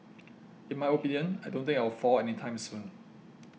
in my opinion I don't think I will fall any time soon